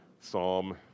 Psalm